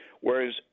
whereas